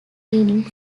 meaning